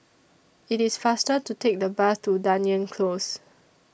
IT IS faster to Take The Bus to Dunearn Close